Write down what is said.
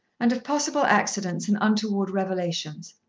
and of possible accidents and untoward revelations.